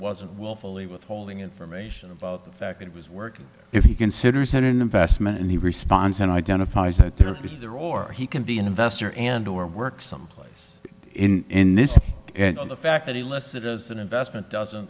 wasn't willfully withholding information about the fact it was working if he considers an investment and he responds in identifies that there be there or he can be an investor and or work someplace in this on the fact that he lists it as an investment doesn't